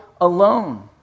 alone